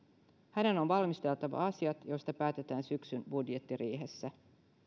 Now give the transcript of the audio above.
hänen on valmisteltava asiat joista päätetään syksyn budjettiriihessä